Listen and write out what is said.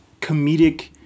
comedic